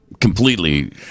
completely